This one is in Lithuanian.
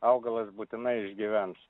augalas būtinai išgyvens